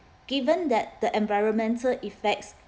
given that the environmental effects